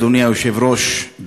אדוני היושב-ראש,